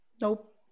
nope